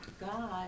God